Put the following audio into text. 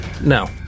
no